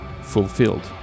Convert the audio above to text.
fulfilled